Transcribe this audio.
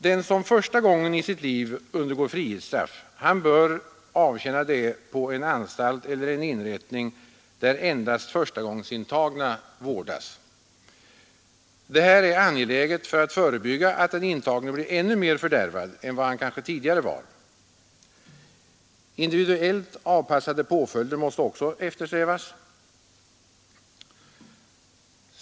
Den som första gången i sitt liv undergår frihetsstraff bör avtjäna detta på en anstalt eller en inrättning där endast förstagångsintagna vårdas. Detta är angeläget för att förebygga att den intagne blir ännu mer fördärvad än han kanske tidigare var. Individuellt avpassade påföljder måste också eftersträvas.